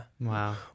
Wow